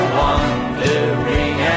wandering